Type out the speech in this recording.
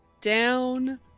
Down